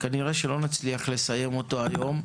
כנראה לא נצליח לסיים אותו היום.